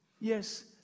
yes